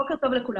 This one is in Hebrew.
בוקר טוב לכולם.